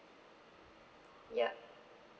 yup